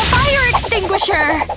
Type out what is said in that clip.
fire extinguisher!